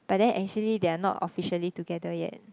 but then actually they are not officially together yet